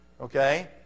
okay